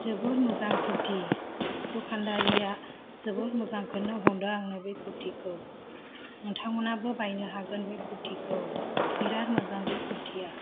जोबोर मोजां खुरथि दखानदारिया जोबोर मोजांखौनो हरदों आंनो बे खुरथिखौ नोंथांमोनाबो बायनो हागोन बे खुरथिखौ बिरात मोजां बे खुरथिया